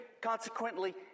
consequently